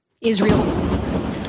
Israel